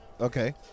okay